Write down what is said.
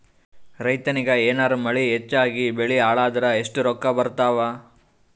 ರೈತನಿಗ ಏನಾರ ಮಳಿ ಹೆಚ್ಚಾಗಿಬೆಳಿ ಹಾಳಾದರ ಎಷ್ಟುರೊಕ್ಕಾ ಬರತ್ತಾವ?